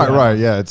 right, right. yeah.